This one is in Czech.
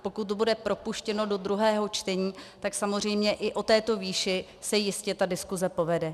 Pokud to bude propuštěno do druhého čtení, tak samozřejmě i o této výši se jistě ta diskuse povede.